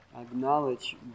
acknowledge